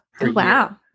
wow